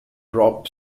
drop